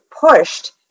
pushed